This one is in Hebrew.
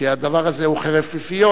שהדבר הזה הוא חרב פיפיות,